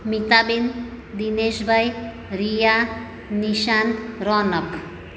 Meeta ben Dinesh bhai Riya Nishant Ronak